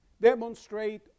demonstrate